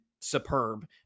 superb